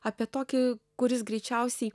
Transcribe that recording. apie tokį kuris greičiausiai